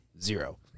zero